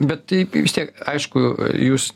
bet taip vis tiek aišku jūs